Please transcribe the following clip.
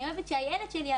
אני אוהבת שהילד שלי,